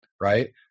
right